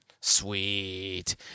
Sweet